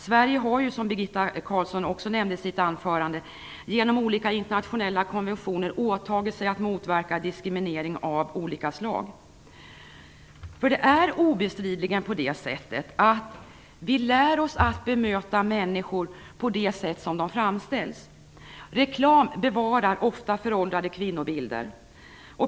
Sverige har, som Birgitta Carlsson nämnde i sitt anförande, genom olika internationella konventioner åtagit sig att motverka diskriminering av olika slag. Vi lär oss obestridligen att bemöta människor utifrån hur de framställs. Reklam bevarar ofta föråldrade kvinnobilder.